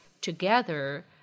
together